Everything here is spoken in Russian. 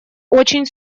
очень